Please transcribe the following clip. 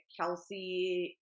Kelsey